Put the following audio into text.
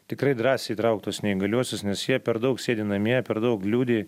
tikrai drąsiai įtraukt tuos neįgaliuosius nes jie per daug sėdi namie per daug liūdi